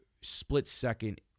split-second